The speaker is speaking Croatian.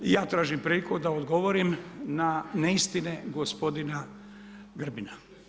I ja tražim priliku da odgovorim na neistine gospodina Grbina.